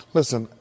Listen